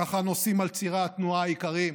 כך הנוסעים על צירי התנועה העיקריים,